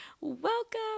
welcome